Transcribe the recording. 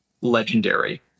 legendary